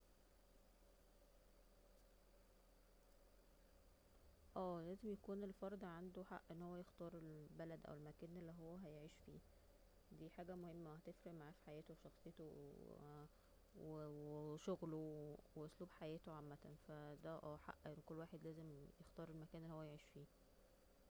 اه لازم يكون الفرد عنده حق أن هو يختار البلد أو المكان اللي هو هيعيش فيه دي حاجة مهمة وهتفرق معاه في حياته وشخصيته و وشغله وأسلوب حياته عامة ف دا اه حق لكل واحد يختار المكان اللي هو هيعيش فيه